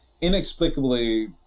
inexplicably